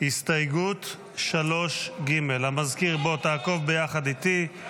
הסתייגות 3ג. המזכיר, תעקוב ביחד איתי.